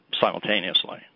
simultaneously